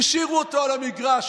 השאירו אותו על המגרש.